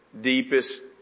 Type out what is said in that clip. deepest